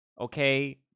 Okay